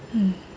hmm